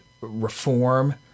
reform